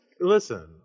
listen